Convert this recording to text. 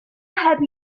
heb